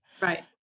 Right